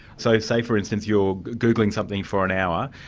so, say for instance you're googling something for an hour,